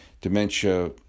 dementia